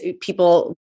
people